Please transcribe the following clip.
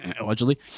Allegedly